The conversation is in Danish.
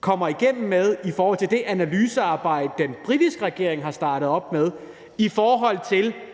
kommer igennem med i forhold til det analysearbejde, som den britiske regering har startet op, om,